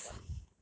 ya lor but